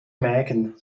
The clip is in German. mägen